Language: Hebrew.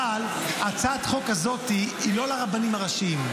אבל הצעת החוק הזאת היא לא לרבנים הראשיים.